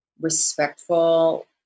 respectful